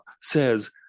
says